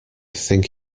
think